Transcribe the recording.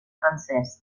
francès